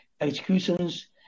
executions